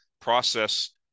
process